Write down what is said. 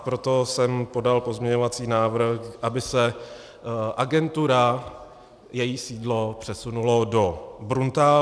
Proto jsem podal pozměňovací návrh, aby se agentura, její sídlo, přesunula do Bruntálu.